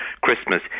Christmas